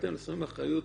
לקחתם אחריות